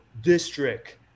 District